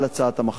להצעת מחליטים.